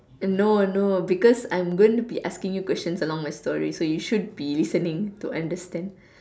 no no because I'm going to be asking you questions along my story so you should be listening to understand